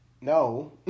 no